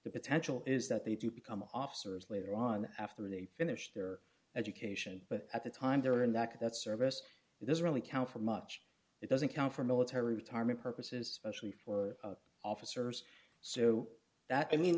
the potential is that they do become officers later on after they finish their education but at the time they are in that that service it doesn't really count for much it doesn't count for military retirement purposes specially for officers so that i mean